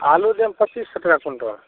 आलू देब पच्चीस सए टका क्विंटल